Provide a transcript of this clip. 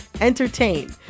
entertain